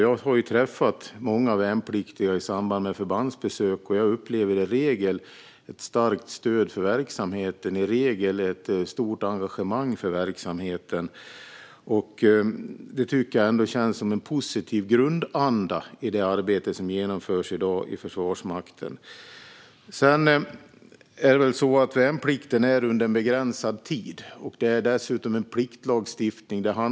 Jag har träffat många värnpliktiga i samband med förbandsbesök, och jag upplever i regel ett starkt stöd och ett stort engagemang för verksamheten. Det tycker jag ändå känns som en positiv grundanda i det arbete som genomförs i dag i Försvarsmakten. Värnplikten pågår under en begränsad tid, och det handlar dessutom om en pliktlagstiftning.